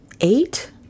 eight